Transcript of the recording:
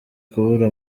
kubura